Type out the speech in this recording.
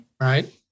right